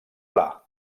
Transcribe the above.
pla